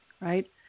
right